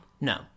No